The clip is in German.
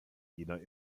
jener